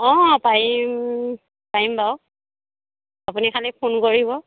অ' পাৰিম পাৰিম বাৰু আপুনি খালী ফোন কৰিব